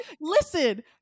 listen